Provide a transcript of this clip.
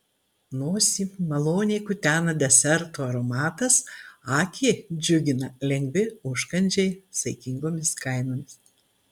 nosį maloniai kutena desertų aromatas akį džiugina lengvi užkandžiai saikingomis kainomis